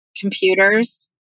computers